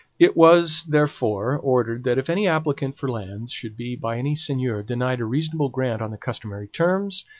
it was, therefore, ordered that if any applicant for lands should be by any seigneur denied a reasonable grant on the customary terms,